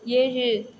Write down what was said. ஏழு